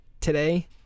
today